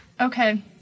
Okay